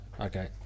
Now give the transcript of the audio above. Okay